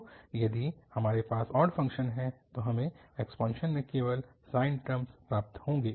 तो यदि हमारे पास ऑड फ़ंक्शन है तो हमें एक्सपांशन्स में केवल साइन टर्म प्राप्त होंगे